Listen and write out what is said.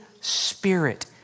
Spirit